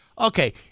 Okay